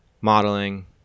modeling